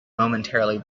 momentarily